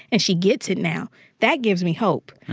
and she gets it now that gives me hope.